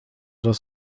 das